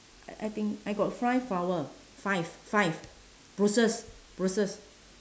I I think I got five flower five five bruises bruises